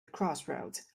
crossroads